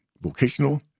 vocational